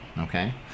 Okay